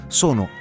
sono